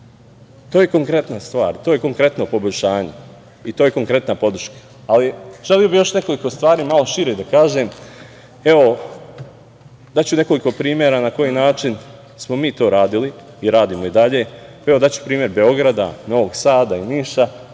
je konkretna stvar, to je konkretno poboljšanje i to je konkretna podrška, ali bih želeo nekoliko stvari malo šire da kažem. Daću nekoliko primera na koji način smo mi to radili i radimo i dalje. Evo, daću primer Beograda, Novog Sada, Niša,